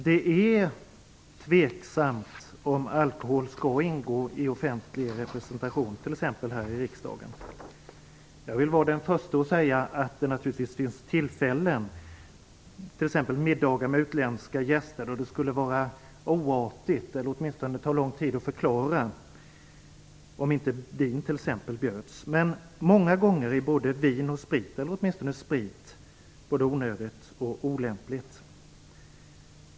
Det är tveksamt om alkohol skall ingå i offentlig representation, t.ex. här i riksdagen. Jag är den förste att säga att det naturligtvis finns tillfällen, t.ex. middagar med utländska gäster, då det skulle vara oartigt att inte bjuda på t.ex. vin. Det skulle åtminstone ta lång tid att förklara. Men många gånger är både vin och sprit - åtminstone sprit - både onödigt och olämpligt.